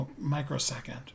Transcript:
microsecond